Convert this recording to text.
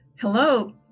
Hello